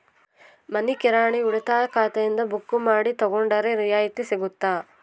ಮನಿ ಕಿರಾಣಿ ಉಳಿತಾಯ ಖಾತೆಯಿಂದ ಬುಕ್ಕು ಮಾಡಿ ತಗೊಂಡರೆ ರಿಯಾಯಿತಿ ಸಿಗುತ್ತಾ?